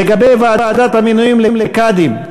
לגבי ועדת המינויים לקאדים: